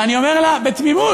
אני אומר לך בתמימות,